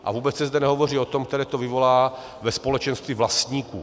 A vůbec se zde nehovoří o těch, které to vyvolá ve společenství vlastníků.